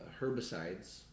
herbicides